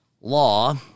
law